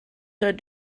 third